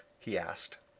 he asked.